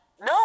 No